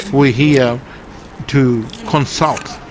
we're here to consult.